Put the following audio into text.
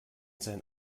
sein